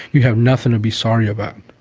you have nothing to be sorry about.